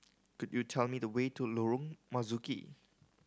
could you tell me the way to Lorong Marzuki